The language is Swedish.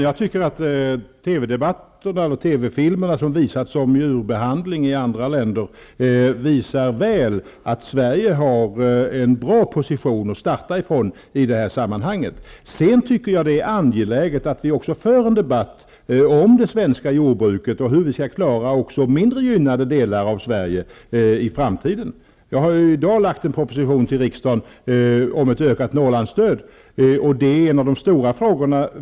Fru talman! TV-filmerna angående djurbehandling i andra länder visar tyd ligt att Sverige i det här sammanhanget har en bra position att starta från. Jag tycker att det är angeläget att vi också för en debatt om det svenska jord bruket och om hur vi i framtiden skall klara också mindre gynnade delar av Jag har i dag framlagt en proposition till riksdagen om ett ökat Norrlands stöd.